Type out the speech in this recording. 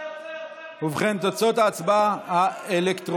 ההצעה להעביר את הנושא